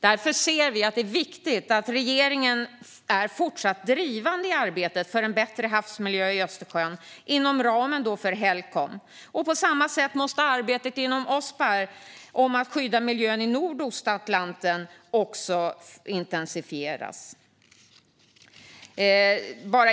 Därför är det viktigt att regeringen är fortsatt drivande i arbetet för en bättre havsmiljö i Östersjön inom ramen för Helcom. På samma sätt måste arbetet inom Ospar för att skydda miljön i Nordostatlanten intensifieras.